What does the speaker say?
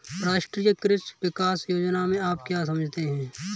राष्ट्रीय कृषि विकास योजना से आप क्या समझते हैं?